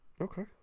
Okay